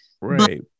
right